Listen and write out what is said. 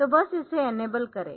तो बस इसे इनेबल करें